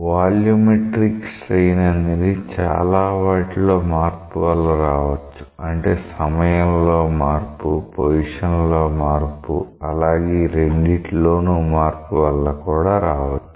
volumetric strain అనేది చాలా వాటిలో మార్పు వల్ల రావచ్చు అంటే సమయంలో మార్పు పొజిషన్లో మార్పు అలాగే ఈ రెండిటిలోనూ మార్పు వల్ల కూడా రావచ్చు